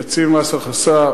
נציב מס הכנסה,